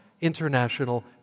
International